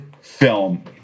film